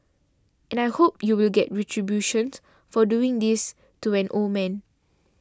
and I hope you will get retribution for doing this to an old man